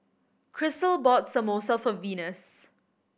Krystle bought Samosa for Venus